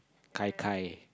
kai kai